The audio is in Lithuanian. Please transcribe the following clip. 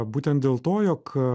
būtent dėl to jog